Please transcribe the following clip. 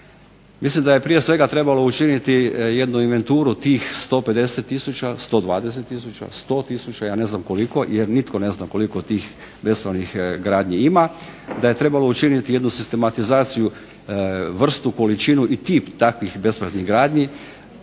Mislim da je prije svega trebalo učiniti jednu inventuru tih 150 tisuća, 120 tisuća, 100 tisuća, ja ne znam koliko jer nitko ne zna koliko tih bespravnih gradnji ima, da je trebalo učiniti jednu sistematizaciju, vrstu, količinu i tip takvih bespravnih gradnji,